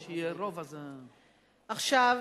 עכשיו,